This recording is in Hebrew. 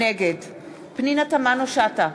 נגד פנינה תמנו-שטה,